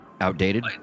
Outdated